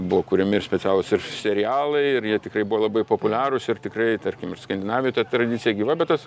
buvo kuriami ir specialūs ir serialai ir jie tikrai buvo labai populiarūs ir tikrai tarkim ir skandinavijoj ta tradicija gyva bet tas